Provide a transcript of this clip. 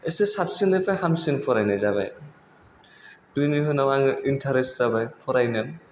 एसे साबसिननिफ्राय हामसिन फरायनाय जाबाय बिनि उनाव आङो इन्टारेस जाबाय फरायनो